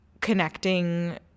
connecting